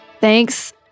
Thanks